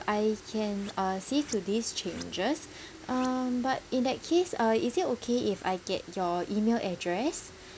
I can uh see to these changes uh but in that case uh is it okay if I get your email address